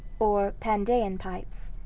or pandean pipes.